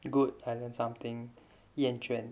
good I learnt something 厌倦